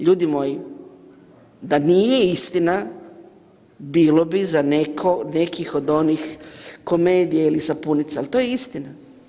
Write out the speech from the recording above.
Ljudi moji, da nije istina bilo bi za neku od onih komedija ili sapunica, ali to je istina.